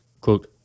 Quote